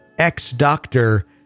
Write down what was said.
ex-doctor